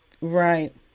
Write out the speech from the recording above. Right